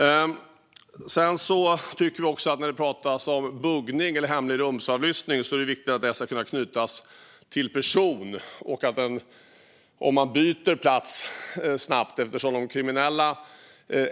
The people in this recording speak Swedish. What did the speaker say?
När det gäller buggning eller hemlig rumsavlyssning är det viktigt att den ska kunna knytas till en person även om denne snabbt byter plats.